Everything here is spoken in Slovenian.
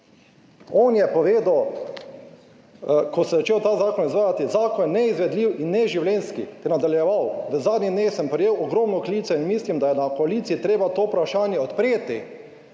On je povedal, ko se je začel ta zakon izvajati, zakon je neizvedljiv in neživljenjski, ter je nadaljeval, v zadnjih dneh sem prejel ogromno klicev in mislim, da je na koaliciji treba to vprašanje odpreti,